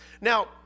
Now